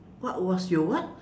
what was your what